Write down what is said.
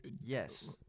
Yes